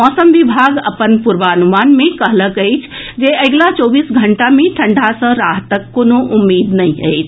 मौसम विभाग अपन पूर्वान्रमान मे कहलक अछि जे अगिला चौबीस घंटा मे ठंडा सॅ राहतक कोनो उम्मीद नहि अछि